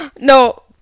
No